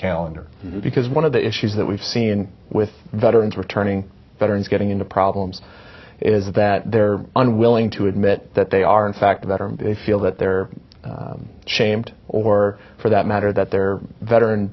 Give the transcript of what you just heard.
calendar because one of the issues that we've seen with veterans returning veterans getting into problems is that they're unwilling to admit that they are in fact that they feel that they're shamed or for that matter that they're better